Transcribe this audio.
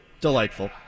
Delightful